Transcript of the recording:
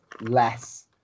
less